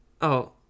Oh